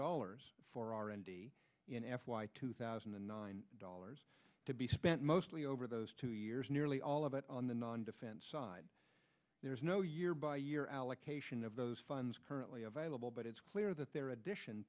dollars for r and d in f y two thousand and nine dollars to be spent mostly over those two years nearly all of it on the non defense side there's no year by year allocation of those funds currently available but it's clear that there are addition